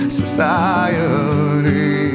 society